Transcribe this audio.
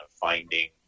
finding